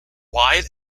wide